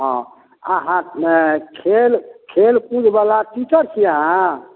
हँ अहाँ खेल खेल कूद बला टीचर छियै अहाँ